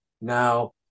Now –